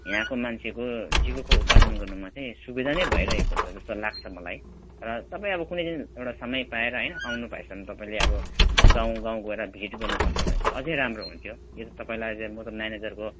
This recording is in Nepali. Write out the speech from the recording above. यहाँको मान्छेको जीविका उपार्जन गर्नुमा चाहिँ सुविधा नै भइरहेको छ जस्तो लाग्छ मलाई र सबै अब कुनै दिन एउटा समय पाएर होइन आउनु भएछ भने तपाईले अब गाउँ गाउँ गएर भेट गर्नु सक्नु भए चाहिँ अझ राम्रो हुन्थ्यो यदि तपाईँलाई अहिले म त म्यानेजरको